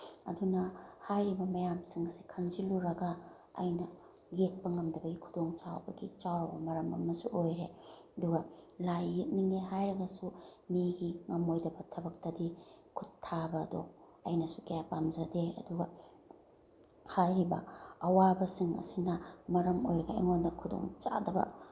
ꯑꯗꯨꯅ ꯍꯥꯏꯔꯤꯕ ꯃꯌꯥꯝꯁꯤꯡꯁꯦ ꯈꯟꯖꯤꯜꯂꯨꯔꯒ ꯑꯩꯅ ꯌꯦꯛꯄ ꯉꯝꯗꯕꯒꯤ ꯈꯨꯗꯣꯡꯆꯥꯕꯒꯤ ꯆꯥꯎꯔꯕ ꯃꯔꯝ ꯑꯃꯁꯨ ꯑꯣꯏꯔꯦ ꯑꯗꯨꯒ ꯂꯥꯏ ꯌꯦꯛꯅꯤꯡꯉꯦ ꯍꯥꯏꯔꯒꯁꯨ ꯃꯤꯒꯤ ꯉꯝꯃꯣꯏꯗꯕ ꯊꯕꯛꯇꯗꯤ ꯈꯨꯠ ꯊꯥꯕ ꯑꯗꯣ ꯑꯩꯅꯁꯨ ꯀꯌꯥ ꯄꯥꯝꯖꯗꯦ ꯑꯗꯨꯒ ꯍꯥꯏꯔꯤꯕ ꯑꯋꯥꯕꯁꯤꯡ ꯑꯁꯤꯅ ꯃꯔꯝ ꯑꯣꯏꯔꯒ ꯑꯩꯉꯣꯟꯗ ꯈꯨꯗꯣꯡꯆꯥꯗꯕ